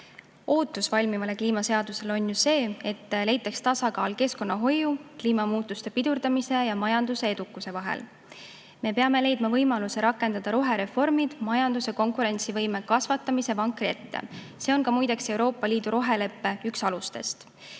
Ootus valmivale kliimaseadusele on ju see, et leitaks tasakaal keskkonnahoiu, kliimamuutuste pidurdamise ja majanduse edukuse vahel. Me peame leidma võimaluse rakendada rohereformid majanduse konkurentsivõime kasvatamise vankri ette. See on muide ka üks Euroopa Liidu roheleppe alustest.